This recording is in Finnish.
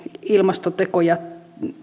ilmastotekoja